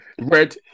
Red